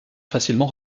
facilement